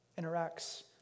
interacts